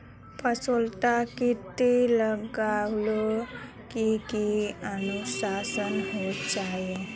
फसलोत किट लगाले की की नुकसान होचए?